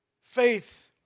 Faith